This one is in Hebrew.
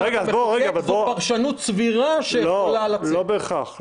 זו פרשנות סבירה שיכולה --- לא בהכרח.